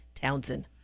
Townsend